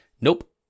Nope